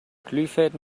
glühfäden